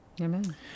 Amen